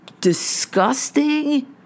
disgusting